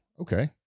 okay